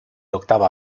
octava